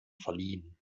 verliehen